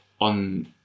on